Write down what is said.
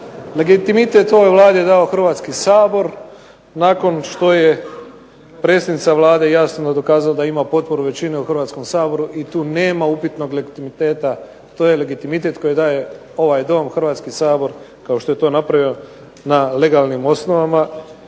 Legitimitet ovoj Vladi je dao Hrvatski sabor, nakon što je predsjednica Vlade jasno dokazala da ima potporu većine u Hrvatskom saboru i tu nema upitnog legitimiteta, to je legitimitet koji daje ovaj Dom, Hrvatski sabor kao što je to napravio na legalnim osnovama,